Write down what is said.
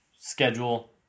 schedule